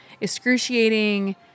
excruciating